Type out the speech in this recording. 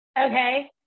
okay